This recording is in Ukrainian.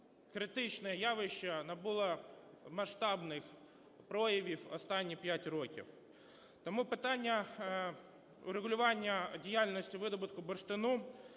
критичні явища набули масштабних проявів останні п'ять років. Тому питання врегулювання діяльності видобутку бурштину